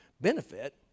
benefit